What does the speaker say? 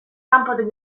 kanpotik